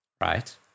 right